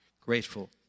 grateful